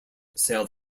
sailed